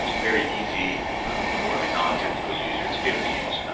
very easy for a non-technical user to be able to use,